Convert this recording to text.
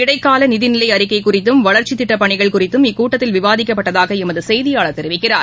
இடைக்கால நிதிநிலை அறிக்கை குறித்தும் வளா்ச்சித் திட்டப்பணிகள் இக்கூட்டத்தில் குறித்தும் விவாதிக்கப்பட்டதாக எமது செய்தியாளர் தெரிவிக்கிறார்